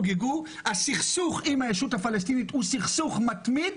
הסכסוך עם הישות הפלסטינית הוא סכסוך מתמיד.